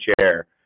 chair